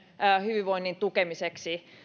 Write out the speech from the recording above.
hyvinvoinnin tukemiseksi